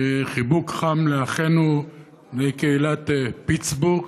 חיבוק חם לאחינו מקהילת פיטסבורג,